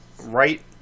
right